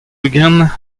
ugent